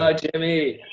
ah jimmy!